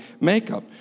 makeup